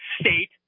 state